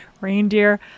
reindeer